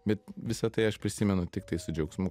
bet visa tai aš prisimenu tiktai su džiaugsmu